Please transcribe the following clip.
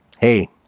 hey